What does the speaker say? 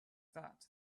that